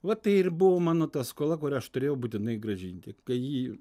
va tai ir buvo mano ta skola kurią aš turėjau būtinai grąžinti kai ji